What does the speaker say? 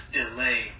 delay